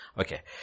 Okay